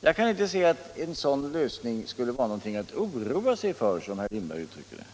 Jag kan inte se att en sådan lösning skulle vara någonting att oroa sig för, som herr Lindberg uttrycker det.